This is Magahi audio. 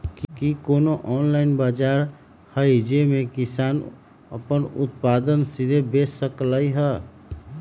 कि कोनो ऑनलाइन बाजार हइ जे में किसान अपन उत्पादन सीधे बेच सकलई ह?